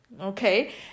okay